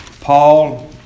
Paul